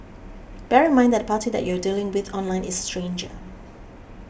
bear in mind that the party that you are dealing with online is stranger